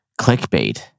clickbait